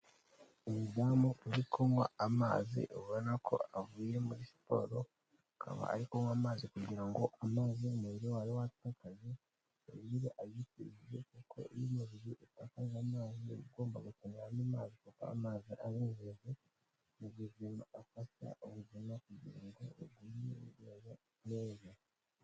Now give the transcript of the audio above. Umudamu uri kunywa amazi ubona ko avuye muri siporo, ukaba ari uywa amazi kugira ngo amazi umubiri wari watakaje uyisubize. Kuko iyo umubiri utakaje amazi uba ugomba gukenera andi mazi kuko amazi ari ingenzi mu buzima, afasha ubuzima kugira ngo bugumye bumere neza.